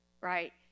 Right